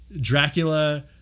Dracula